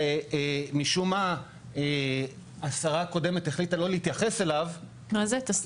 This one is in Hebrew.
שמשום מה השרה הקודמת החליטה לא להתייחס אליו --- מה זה?